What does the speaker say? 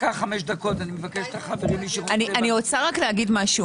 כבוד יושב-ראש, אני רוצה לומר משהו